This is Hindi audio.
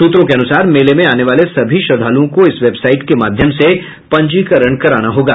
सूत्रों के अनुसार मेले में आने वाले सभी श्रद्धालुओं को इस वेबसाईट के माध्यम से पंजीकरण कराना होगा